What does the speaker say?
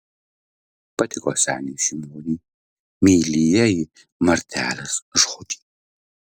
patiko seniui šimoniui meilieji martelės žodžiai